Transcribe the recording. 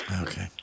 Okay